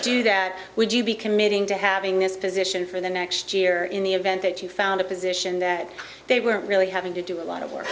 do that would you be committing to having this position for the next year in the event that you found a position that they were really having to do a lot of work